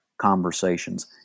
conversations